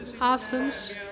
Athens